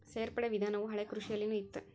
ಸೇರ್ಪಡೆ ವಿಧಾನವು ಹಳೆಕೃಷಿಯಲ್ಲಿನು ಇತ್ತ